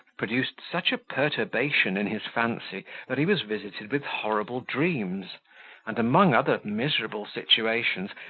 produced such a perturbation in his fancy, that he was visited with horrible dreams and, among other miserable situations,